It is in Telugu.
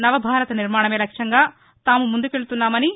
నవ భారత నిర్మాణమే లక్ష్యంగా తాము ముందుకెళ్తున్నామని